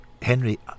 Henry